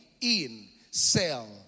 in-cell